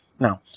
Now